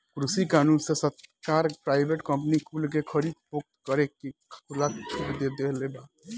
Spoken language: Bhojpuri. कृषि कानून से सरकार प्राइवेट कंपनी कुल के खरीद फोक्त करे के खुला छुट दे देले बा